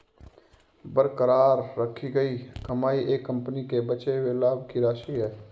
बरकरार रखी गई कमाई एक कंपनी के बचे हुए लाभ की राशि है